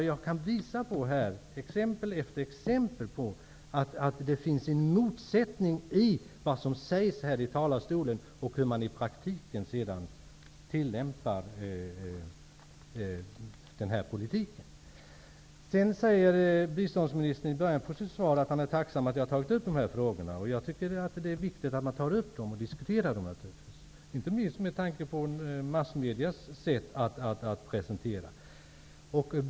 Jag kan visa exempel efter exempel på att det finns en motsättning mellan vad som sägs här i talarstolen och hur man sedan i praktiken tillämpar den här politiken. Biståndsministern säger i början av sitt svar att han är tacksam över att jag har tagit upp de här frågorna. Jag tycker att det är viktigt att vi diskuterar dem, inte minst med tanke på massmedias sätt att presentera dem.